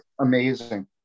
amazing